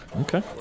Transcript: Okay